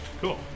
cool